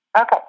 Okay